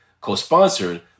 co-sponsored